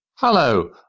Hello